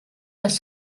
les